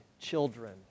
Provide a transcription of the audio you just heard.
children